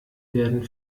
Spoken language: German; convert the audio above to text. werden